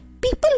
People